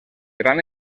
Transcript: gran